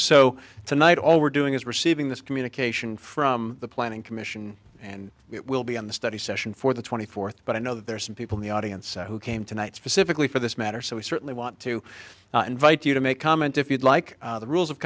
so tonight all we're doing is receiving this communication from the planning commission and it will be on the study session for the twenty fourth but i know there are some people in the audience who came tonight specifically for this matter so we certainly want to invite you to make comment if you'd like the rules